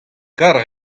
gallout